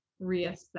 reassess